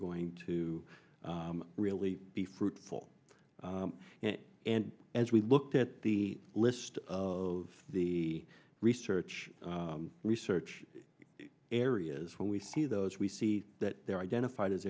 going to really be fruitful and as we looked at the list of the research research areas when we see those we see that they're identified as